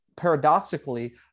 paradoxically